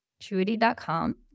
truity.com